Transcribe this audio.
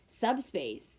subspace